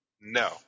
No